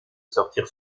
sortir